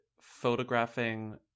photographing